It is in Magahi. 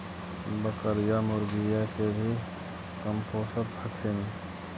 बकरीया, मुर्गीया के भी कमपोसत हखिन?